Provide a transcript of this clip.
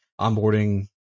onboarding